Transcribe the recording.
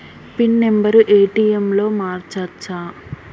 Pin number ATM లో మార్చచ్చా?